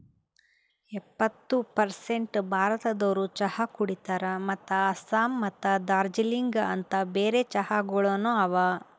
ಎಪ್ಪತ್ತು ಪರ್ಸೇಂಟ್ ಭಾರತದೋರು ಚಹಾ ಕುಡಿತಾರ್ ಮತ್ತ ಆಸ್ಸಾಂ ಮತ್ತ ದಾರ್ಜಿಲಿಂಗ ಅಂತ್ ಬೇರೆ ಚಹಾಗೊಳನು ಅವಾ